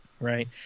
Right